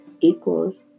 equals